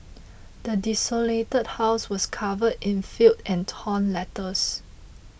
the desolated house was covered in filth and torn letters